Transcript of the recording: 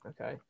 okay